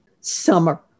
summer